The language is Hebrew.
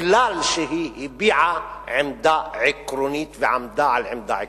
מכיוון שהיא הביעה עמדה עקרונית ועמדה על עמדה עקרונית.